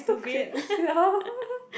so creepy lah